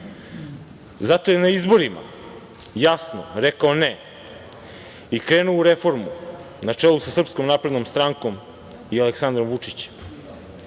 narod na izborima jasno rekao ne i krenuo u reformu na čelu sa Srpskom naprednom strankom i Aleksandrom Vučićem.